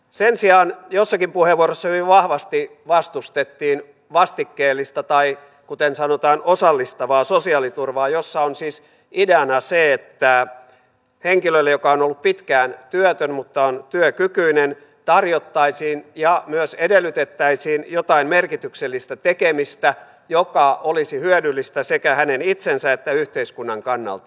sen sijaan jossakin puheenvuorossa hyvin vahvasti vastustettiin vastikkeellista tai kuten sanotaan osallistavaa sosiaaliturvaa jossa on siis ideana se että henkilölle joka on ollut pitkään työtön mutta on työkykyinen tarjottaisiin ja myös edellytettäisiin jotain merkityksellistä tekemistä joka olisi hyödyllistä sekä hänen itsensä että yhteiskunnan kannalta